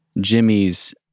Jimmy's